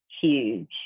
Huge